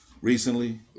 recently